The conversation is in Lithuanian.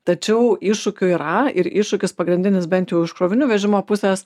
tačiau iššūkių yra ir iššūkis pagrindinis bent jau iš krovinių vežimo pusės